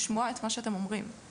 לשמוע את מה שאתם אומרים.